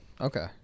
okay